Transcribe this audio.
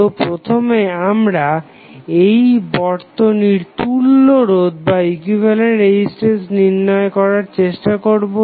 তো প্রথমে আমরা এই বর্তনীর তুল্য রোধ নির্ণয় করার চেষ্টা করবো